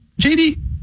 JD